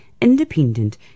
independent